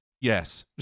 Yes